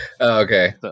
Okay